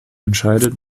entscheidet